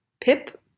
Pip